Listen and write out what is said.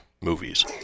movies